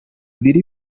biri